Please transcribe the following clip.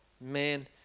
man